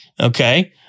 Okay